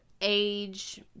age